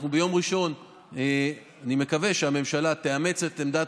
אני מקווה שביום ראשון הממשלה תאמץ את עמדת